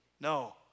No